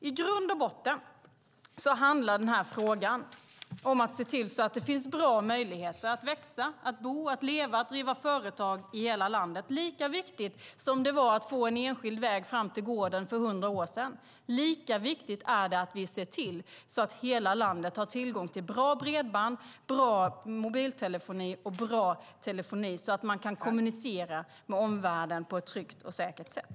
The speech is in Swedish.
I grund och botten handlar den här frågan om att se till att det finns bra möjligheter att växa, bo, leva och driva företag i hela landet. Lika viktigt som det var att få en enskild väg fram till gården för 100 år sedan är det i dag att vi ser till att hela landet har tillgång till bra bredband, bra mobiltelefoni och bra telefoni så att man kan kommunicera med omvärlden på ett tryggt och säkert sätt.